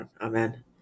Amen